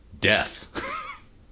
Death